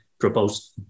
proposed